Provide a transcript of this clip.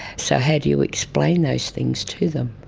so how do you explain those things to them?